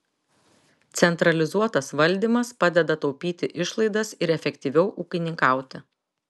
centralizuotas valdymas padeda taupyti išlaidas ir efektyviau ūkininkauti